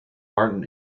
martin